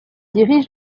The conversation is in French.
dirige